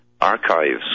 Archives